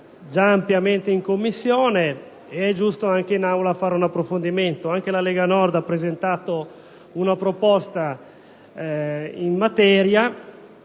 ampiamente in Commissione ed è giusto anche in Aula fare un approfondimento. Anche la Lega Nord ha presentato una proposta in materia.